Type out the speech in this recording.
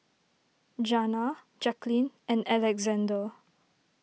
Janna Jaclyn and Alexzander